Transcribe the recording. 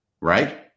right